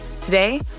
Today